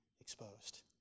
exposed